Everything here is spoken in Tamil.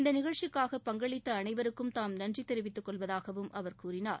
இந்த நிகழ்ச்சிக்காக பங்களித்த அளைவருக்கும் தாம் நன்றி தெரிவித்துக் கொள்வதாகவும் அவர் கூறினார்